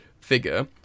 figure